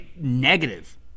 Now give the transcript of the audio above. negative